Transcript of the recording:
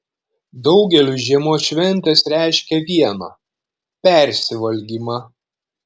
daugeliui žiemos šventės reiškia viena persivalgymą